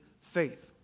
faith